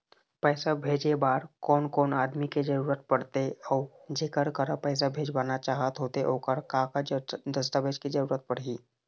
पैसा भेजे बार कोन कोन आदमी के जरूरत पड़ते अऊ जेकर करा पैसा भेजवाना चाहत होथे ओकर का का दस्तावेज के जरूरत पड़ही?